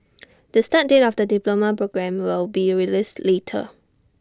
the start date of the diploma programme will be released later